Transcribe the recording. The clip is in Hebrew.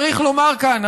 צריך לומר כאן,